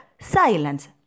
silence